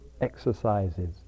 exercises